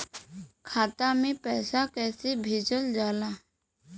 खाता में पैसा कैसे भेजल जाला?